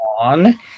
on